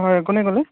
হয় কোনে ক'লে